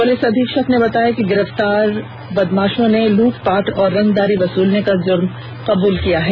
police अधीक्षक ने बताया कि गिरफ्तार बदमाषों ने लूटपाट और रंगदारी वसूलने का जुर्म कबूल किया है